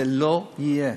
זה לא יהיה.